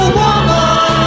woman